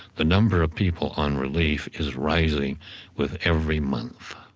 the number of people on relief is rising with every month.